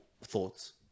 thoughts